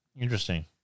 Interesting